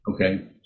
Okay